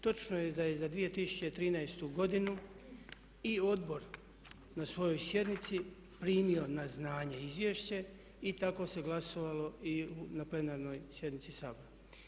Točno je da je za 2013. godinu i odbor na svojoj sjednici primio na znanje izvješće i tako se glasovalo i na plenarnoj sjednici Sabora.